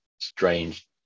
strange